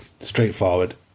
straightforward